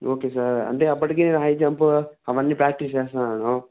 okay sir అంటే అప్పటికీ నేను హై జంపు అవన్నీ ప్రాక్టీస్ చేస్తున్నాను